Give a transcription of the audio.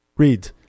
Read